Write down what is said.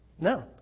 No